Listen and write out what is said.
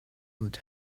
what